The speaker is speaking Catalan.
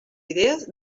idees